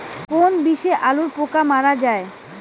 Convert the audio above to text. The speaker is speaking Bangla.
কোন বিষে আলুর পোকা মারা যায়?